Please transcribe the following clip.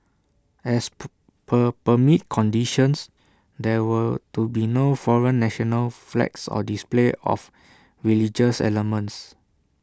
as per permit conditions there were to be no foreign national flags or display of religious elements